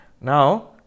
Now